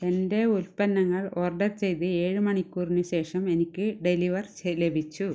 എന്റെ ഉൽപ്പന്നങ്ങൾ ഓർഡർ ചെയ്ത് ഏഴ് മണിക്കൂറിന് ശേഷം എനിക്ക് ഡെലിവർ ച് ലഭിച്ചു